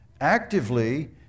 Actively